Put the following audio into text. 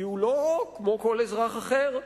כי הוא לא כמו כל אזרח אחר,